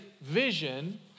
vision